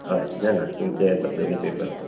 हय जाणा तुमचे येता दोनीय पेपर पावता हय